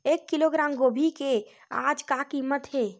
एक किलोग्राम गोभी के आज का कीमत हे?